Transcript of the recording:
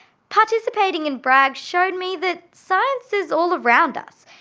participating in bragg showed me that science is all around us,